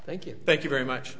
thank you thank you very much